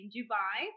Dubai